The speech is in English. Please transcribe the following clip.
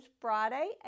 Friday